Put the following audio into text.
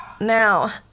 Now